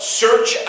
search